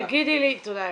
תודה אייל.